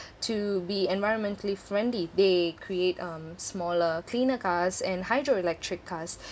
to be environmentally friendly they create um smaller cleaner cars and hydro electric cars